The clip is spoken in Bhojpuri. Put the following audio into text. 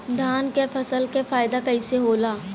धान क फसल क फायदा कईसे होला?